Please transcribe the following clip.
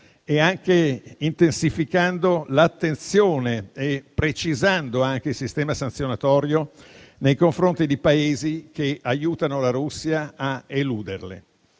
Russia, intensificando l'attenzione e precisando anche il sistema sanzionatorio nei confronti dei Paesi che aiutano la Russia a eluderle.